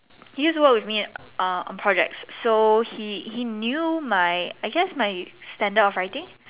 he also the one with me in err on projects so he he knew my I guess my standard of writing